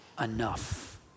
Enough